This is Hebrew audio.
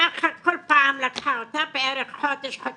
ככה כל פעם לקחה אותה, בערך חודש-חודשיים.